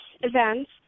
Events